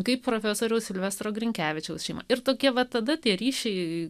kaip profesoriaus silvestro grinkevičiaus ir tokie va tada tai ryšiui